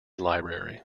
library